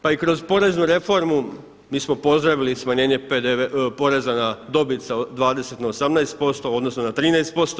Pa i kroz poreznu reformu mi smo pozdravili smanjenje poreza na dobit sa 20 na 18% odnosno na 13%